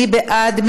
מי בעד?